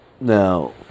Now